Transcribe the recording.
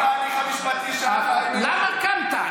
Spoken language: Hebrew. בהליך המשפטי, למה קמת?